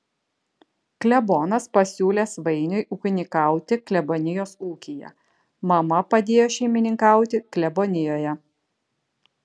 klebonas pasiūlė svainiui ūkininkauti klebonijos ūkyje mama padėjo šeimininkauti klebonijoje